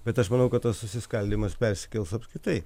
bet aš manau kad tas susiskaldymas persikels apskritai